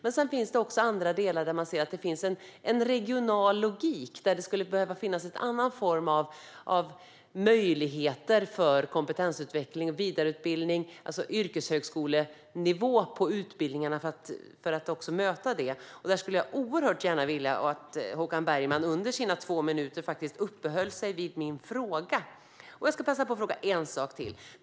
Men sedan finns det också andra delar där det finns en regional logik där det skulle behövas en annan form av möjligheter för kompetensutveckling och vidareutbildning. För att möta det behovet krävs det alltså yrkeshögskolenivå på utbildningarna. Där skulle jag oerhört gärna vilja att Håkan Bergman under sina två minuter uppehöll sig vid min fråga. Jag ska passa på att fråga en sak till.